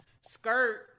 skirt